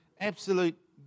Absolute